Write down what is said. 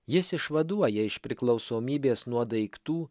jis išvaduoja iš priklausomybės nuo daiktų